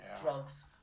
drugs